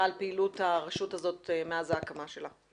על פעילות הרשות הזאת מאז ההקמה שלה.